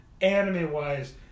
anime-wise